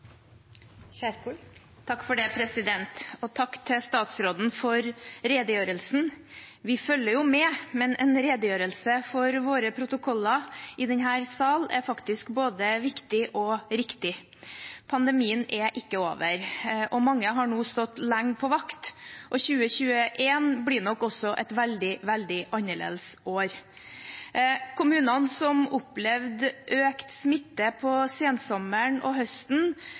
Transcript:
Takk til statsråden for redegjørelsen. Vi følger jo med, men en redegjørelse for våre protokoller i denne sal er faktisk både viktig og riktig. Pandemien er ikke over, og mange har nå stått lenge på vakt. 2021 blir nok også et veldig, veldig annerledes år. Kommunene som opplevde økt smitte på sensommeren og høsten,